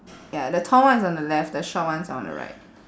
ya the tall one is on the left the short one is on the right